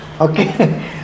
Okay